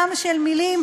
ים של מילים,